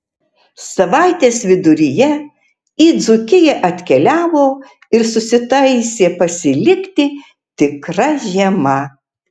savaitės viduryje į dzūkiją atkeliavo ir susitaisė pasilikti tikra žiema